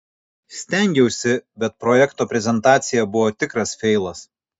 stengiausi bet projekto prezentacija buvo tikras feilas